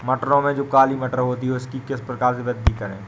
मटरों में जो काली मटर होती है उसकी किस प्रकार से वृद्धि करें?